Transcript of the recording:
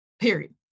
Period